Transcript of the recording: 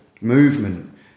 movement